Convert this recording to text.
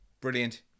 Brilliant